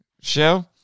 show